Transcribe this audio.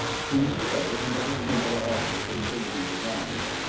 plumes of feathers, and other singular articles which they use as arms.